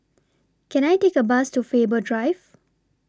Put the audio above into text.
Can I Take A Bus to Faber Drive